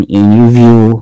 interview